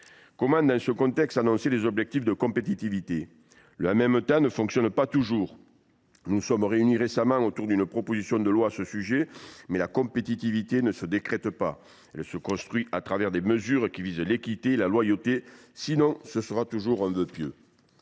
Comment, dans ce contexte, annoncer des objectifs de compétitivité ? Le « en même temps » ne fonctionne pas toujours. Nous nous sommes réunis récemment autour d’une proposition de loi à ce sujet, mais la compétitivité ne se décrète pas : elle se construit à travers des mesures qui visent l’équité et la loyauté, faute de quoi elle restera un vœu pieux.